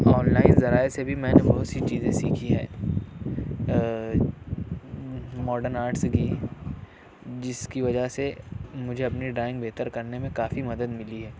on line ذرائع سے بھی میں نے بہت سی چیزیں سیکھی ہیں ماڈرن آرٹس کی جس کی وجہ سے مجھے اپنی ڈرائنگ بہتر کرنے میں کافی مدد ملی ہے